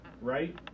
right